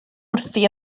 wrthi